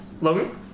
Logan